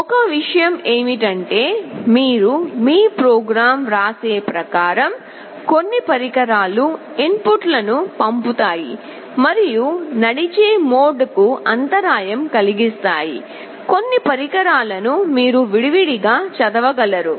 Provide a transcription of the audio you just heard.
ఒక విషయం ఏమిటంటే మీరు మీ ప్రోగ్రామ్ వ్రాసే ప్రకారం కొన్ని పరికరాలు ఇన్పుట్లను పంపుతాయి మరియు నడిచే మోడ్కు అంతరాయం కలిగిస్తాయి కొన్ని పరికరాలను మీరు విడి విడి గా చదవగలరు